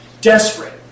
desperate